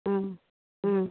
অঁ অঁ